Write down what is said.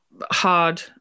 hard